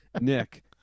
Nick